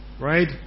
right